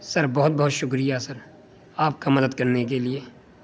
سر بہت بہت شکریہ سر آپ کا مدد کرنے کے لیے